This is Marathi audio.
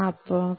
बरोबर